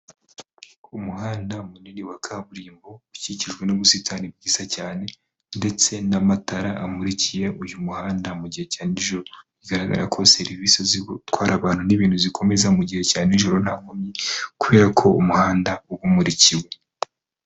Umuhanda munini wa kaburimbo ukikijwe n'ubusitani bwiza cyane ndetse n'amatara amurikiye uyu muhanda mu gihe cya nijoro, bigaragara ko serivisi zo gutwara abantu n'ibintu zikomeza mu gihe cya nijoro nta nkomyi kubera ko umuhanda uba umurikiwe.